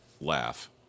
laugh